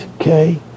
Okay